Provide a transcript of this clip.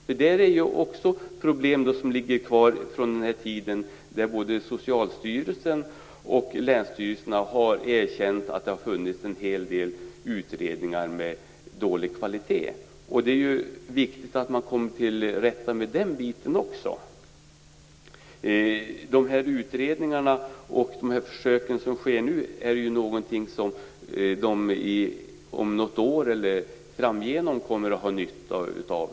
Det handlar ju om problem som finns kvar sedan den tid då, som både Socialstyrelsen och länsstyrelserna har erkänt, en hel del utredningar gjordes som var av dålig kvalitet. Det är ju viktigt att man kommer till rätta med den delen också. De utredningar och de försök som sker nu är ju någonting som kan vara till nytta i framtiden.